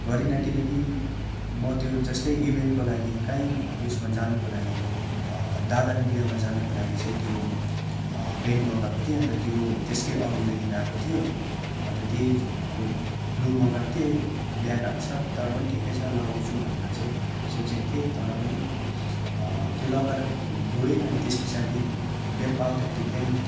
गरिनँ किनकि म त्यो जस्तै इभेन्टको लागि कहीँ उयसमा जानुको लागि दादाको बिहेमा जानुको लागि चाहिँ त्यो पेन्ट मगाएको थिएँ अन्त त्यो त्यसकै अघिल्लो दिन आएको थियो अन्त त्यही अब ब्लु मगाएको थिएँ ब्ल्याक आएको छ तर पनि ठिकै छ लगाउँछु भनेर चाहिँ सोचेको थिएँ तर पनि त्यो लगाएर गएँ अनि त्यस पछाडि बेलुका आउँदाखेरि त्यो पेन्ट